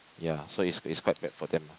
ya so it's it's quite bad for them ah